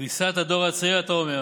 "קריסת הדור הצעיר", אתה אומר,